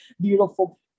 beautiful